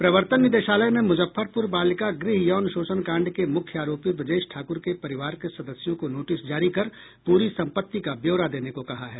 प्रवर्तन निदेशालय ने मूजफ्फरपूर बालिका गृह यौन शोषण कांड के मूख्य आरोपी ब्रजेश ठाकुर के परिवार के सदस्यों को नोटिस जारी कर पूरी संपत्ति का ब्यौरा देने को कहा है